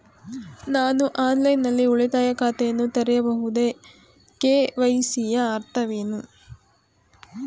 ನಾನು ಆನ್ಲೈನ್ ನಲ್ಲಿ ಉಳಿತಾಯ ಖಾತೆಯನ್ನು ತೆರೆಯಬಹುದೇ? ಕೆ.ವೈ.ಸಿ ಯ ಅರ್ಥವೇನು?